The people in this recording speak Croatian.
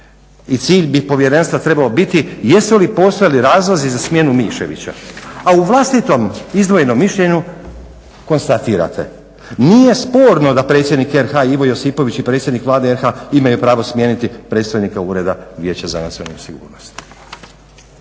i cilj bi povjerenstva trebao biti jesu li postojali razlozi za smjenu Miševića, a u vlastitom izdvojenom mišljenju konstatirate nije sporno da predsjednik RH Ivo Josipović i predsjednik Vlade RH imaju pravo smijeniti predstojnika Ureda vijeća za nacionalnu sigurnost.